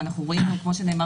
ואנחנו רואים את הווריאציות.